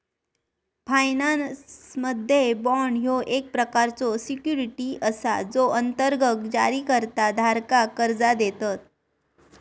फायनान्समध्ये, बाँड ह्यो एक प्रकारचो सिक्युरिटी असा जो अंतर्गत जारीकर्ता धारकाक कर्जा देतत